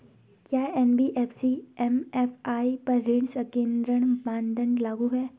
क्या NBFC MFI पर ऋण संकेन्द्रण मानदंड लागू हैं?